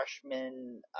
freshman